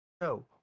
No